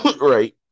Right